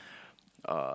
uh